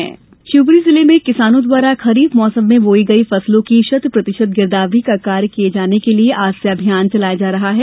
फसल गिरदावरी शिवपूरी जिले में किसानों द्वारा खरीफ मौसम में बोई गई फसलों की शत प्रतिशत गिरदावरी का कार्य किए जाने के लिए आज से अभियान चलाया जा रहा है